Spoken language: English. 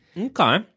Okay